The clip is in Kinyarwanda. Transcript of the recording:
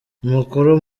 umukuru